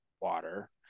water